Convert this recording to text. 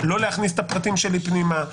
לא להכניס את הפרטים שלי פנימה,